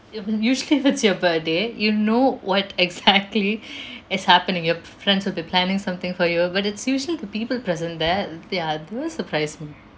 u~ usually if it's your birthday you know what exactly is happening your friends would be planning something for you but it's usually the people present there they are those surprise me